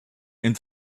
and